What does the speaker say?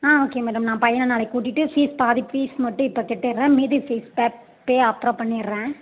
ஆ okay madam நான் பையனை நாளைக்கு கூட்டிகிட்டு ஃபீஸ் பாதி ஃபீஸ் மட்டும் இப்போ கட்டிட்றேன் மீதி ஃபீஸ் பே பே அப்புறம் பண்ணிடுறேன்